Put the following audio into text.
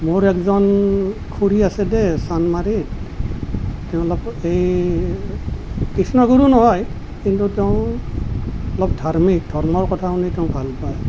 মোৰ এজন খুৰী আছে দেই চানমাৰিত তেওঁ এই কৃষ্ণগুৰু নহয় কিন্তু তেওঁ অলপ ধাৰ্মিক ধৰ্মৰ কথা শুনি তেওঁ ভাল পায়